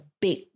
big